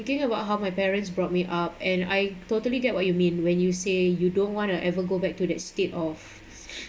the thing about how my parents brought me up and I totally get what you mean when you say you don't want to ever go back to that state of